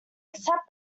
accept